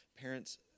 Parents